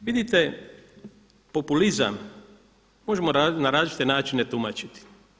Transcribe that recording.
Vidite, populizam možemo na različite načine tumačiti.